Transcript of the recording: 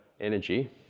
energy